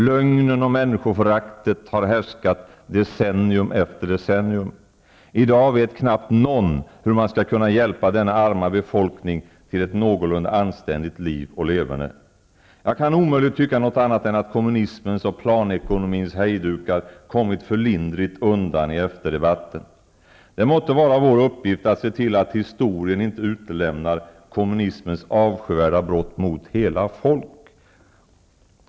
Lögnen och människoföraktet har härskat decennium efter decennium. I dag vet knappast någon hur man skall kunna hjälpa denna arma befolkning till ett någorlunda anständigt liv och leverne. Jag kan omöjligt tycka något annat än att kommunismens och planekonomins hejdukar har kommit för lindrigt undan i efterdebatten. Det måtte vara vår uppgift att se till att historien inte utelämnar kommunismens avskyvärda brott mot hela folk.